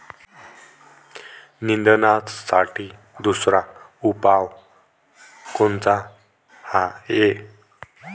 निंदनासाठी दुसरा उपाव कोनचा हाये?